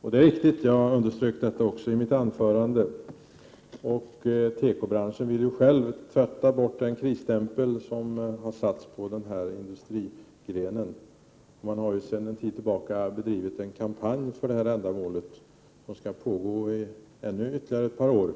Det är riktigt, och jag underströk det också i mitt anförande. Tekobranschen vill ju själv tvätta bort den krisstämpel som har satts på den industrigrenen. Man har sedan en tid bedrivit en kampanj för det ändamålet som skall pågå ytterligare ett par år.